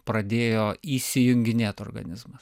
pradėjo įsijunginėt organizmas